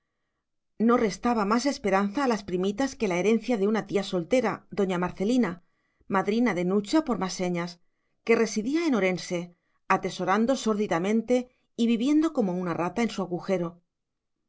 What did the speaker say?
no restaba más esperanza a las primitas que la herencia de una tía soltera doña marcelina madrina de nucha por más señas que residía en orense atesorando sórdidamente y viviendo como una rata en su agujero